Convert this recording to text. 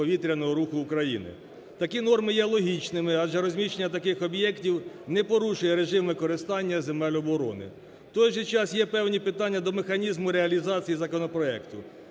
Такі норми є логічними, адже розміщення таких об'єктів не порушує режим використання земель оборони. В той же час є певні питання до механізму реалізації законопроекту.